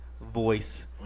Voice